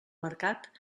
mercat